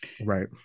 Right